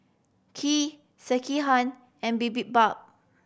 Kheer Sekihan and Bibimbap